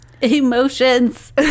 emotions